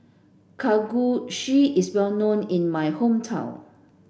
Kalguksu is well known in my hometown